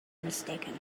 mistaken